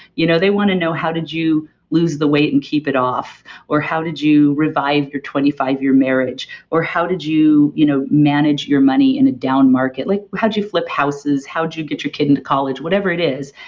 you know they want to know how did you lose the weight and keep it off or how did you revive your twenty five year marriage or how did you you know manage your money in a downmarket? like how'd you flip houses? how'd you get your kid into college? whatever it is,